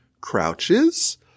crouches